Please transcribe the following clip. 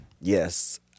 Yes